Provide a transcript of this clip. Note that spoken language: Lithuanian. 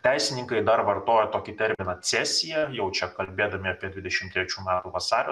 teisininkai dar vartoja tokį terminą cesija jau čia kalbėdami apie dvidešim trečių metų vasario